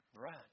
Right